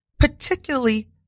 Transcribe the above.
particularly